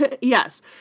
Yes